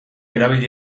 erabili